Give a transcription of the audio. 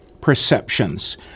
perceptions